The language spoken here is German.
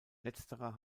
letzterer